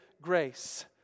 grace